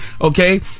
okay